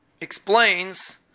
explains